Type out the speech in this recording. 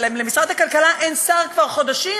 למשרד הכלכלה אין שר כבר חודשים,